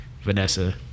Vanessa